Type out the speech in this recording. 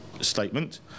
statement